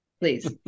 please